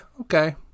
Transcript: okay